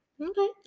Okay